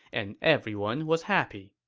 and everyone was happy